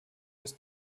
des